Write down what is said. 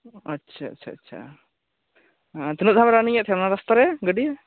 ᱟᱪᱪᱷᱟ ᱟᱪᱪᱷᱟ ᱟᱪᱪᱷᱟ ᱛᱤᱱᱟᱹᱜ ᱫᱷᱟᱣ ᱮ ᱨᱟᱱᱤᱝ ᱮᱫ ᱛᱟᱦᱮᱸ ᱚᱱᱟ ᱨᱟᱥᱛᱟᱨᱮ ᱜᱟᱺᱰᱤ